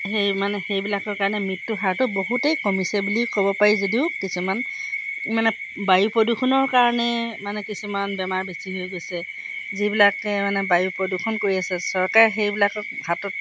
সেই মানে সেইবিলাকৰ কাৰণে মৃত্যু হাৰটো বহুতেই কমিছে বুলি ক'ব পাৰি যদিও কিছুমান মানে বায়ু প্ৰদূষণৰ কাৰণে মানে কিছুমান বেমাৰ বেছি হৈ গৈছে যিবিলাকে মানে বায়ু প্ৰদূষণ কৰি আছে চৰকাৰে সেইবিলাকক হাতত